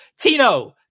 Tino